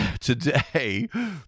today